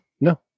No